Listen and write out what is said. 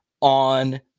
on